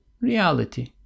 reality